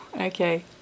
Okay